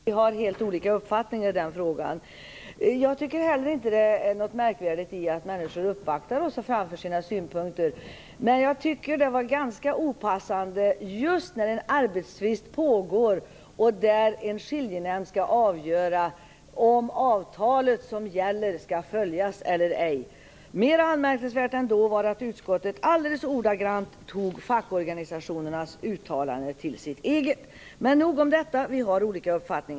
Fru talman! Om detta kan vi tvista länge. Vi har helt olika uppfattningar i den frågan. Jag tycker inte heller att det är märkvärdigt att människor uppvaktar oss och framför sina synpunkter, men jag tycker att det är ganska opassande just när en arbetstvist pågår och då en skiljenämnd skall avgöra om det avtal som gäller skall följas eller ej. Mera anmärkningsvärt ändå var att utskottet tog fackorganisationernas uttalande alldeles ordagrant och gjorde det till sitt eget. Men nog om detta - vi har olika uppfattningar.